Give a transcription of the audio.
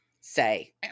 say